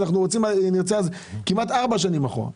ואם נרצה, אז זה כמעט ארבע שנים אחורה.